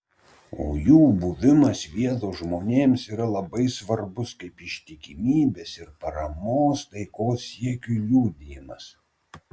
o jų buvimas vietos žmonėms yra labai svarbus kaip ištikimybės ir paramos taikos siekiui liudijimas